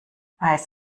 weiß